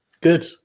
Good